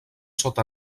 sota